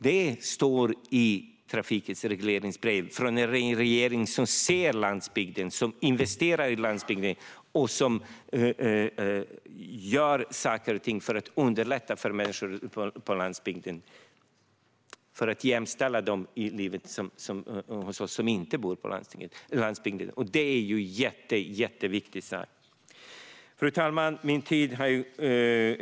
Detta står i regleringsbrevet till Trafikverket från en regering som ser landsbygden, som investerar i landsbygden och som gör saker och ting för att underlätta för människor på landsbygden och jämställa dem i livet med oss som inte bor på landsbygden. Detta är jätteviktigt. Fru talman!